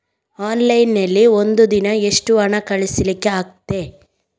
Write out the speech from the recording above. Online ನಲ್ಲಿ ಒಂದು ದಿನ ಎಷ್ಟು ಹಣ ಕಳಿಸ್ಲಿಕ್ಕೆ ಆಗ್ತದೆ?